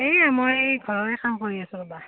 এই মই ঘৰৰে কাম কৰি আছোঁ ৰ'বা